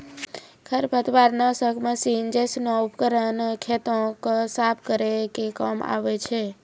खरपतवार नासक मसीन जैसनो उपकरन खेतो क साफ करै के काम आवै छै